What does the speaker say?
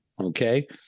Okay